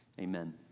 Amen